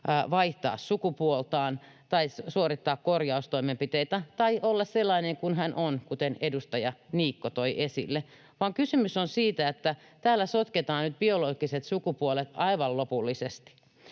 vaihtaa sukupuoltaan tai suorittaa korjaustoimenpiteitä tai olla sellainen kuin hän on, kuten edustaja Niikko toi esille, vaan kysymys on siitä, että täällä sotketaan nyt biologiset sukupuolet aivan lopullisesti.